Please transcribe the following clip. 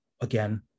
again